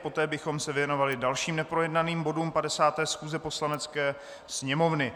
Poté bychom se věnovali dalším neprojednaným bodům 50. schůze Poslanecké sněmovny.